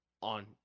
on